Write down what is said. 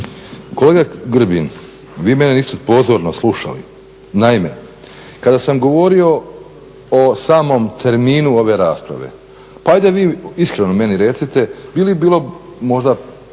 Kolega Grbin, vi mene niste pozorno slušali. Naime, kada sam govorio o samom terminu ove rasprave, pa ajde vi meni iskreno meni recite bi li bilo možda